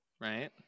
right